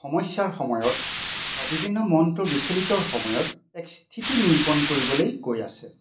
সমস্যাৰ সময়ত বা বিভিন্ন মনটোৰ বিচলিতৰ সময়ত এক স্থিতি নিৰূপণ কৰিবলৈ গৈ আছে